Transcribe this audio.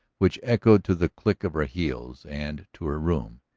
which echoed to the click of her heels, and to her room.